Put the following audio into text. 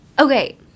Okay